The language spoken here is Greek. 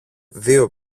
δυο